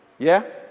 yeah?